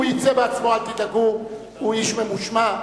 הוא יצא בעצמו, אל תדאגו, הוא איש ממושמע.